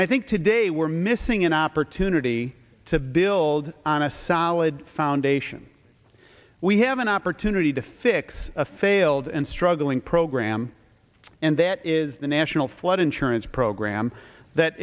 i think today we're missing an opportunity to build on a solid foundation we have an opportunity to fix a failed and struggling program and that is the national flood insurance program that